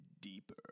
Deeper